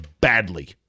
badly